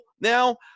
now